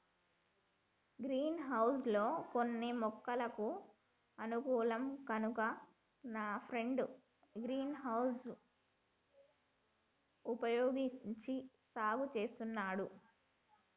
green house లో కొన్ని మొక్కలకు అనుకూలం కనుక నా ఫ్రెండు గ్రీన్ హౌస్ వుపయోగించి సాగు చేస్తున్నాడు